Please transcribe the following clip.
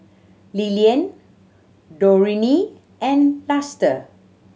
Lillian Dorene and Luster